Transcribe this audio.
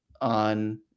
on